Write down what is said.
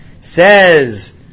Says